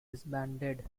disbanded